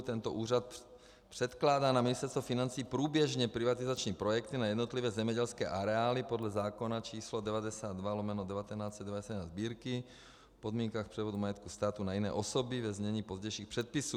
Tento úřad předkládá na Ministerstvo financí průběžně privatizační projekty na jednotlivé zemědělské areály podle zákona číslo 92/1991 Sb., o podmínkách převodu majetku státu na jiné osoby, ve znění pozdějších předpisů.